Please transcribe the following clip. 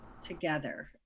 together